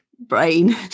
Brain